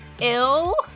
ill